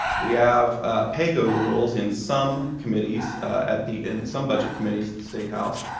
we have paygo rules in some committees at the in some budget committees at the state house.